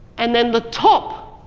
and then the top